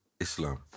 Islam